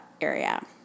area